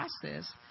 process